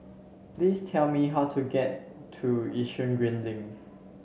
please tell me how to get to Yishun Green Link